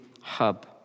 hub